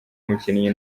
umukinnyi